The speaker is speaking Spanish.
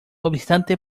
obstante